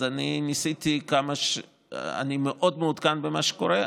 ואני מאוד מעודכן במה שקורה,